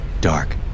dark